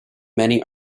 many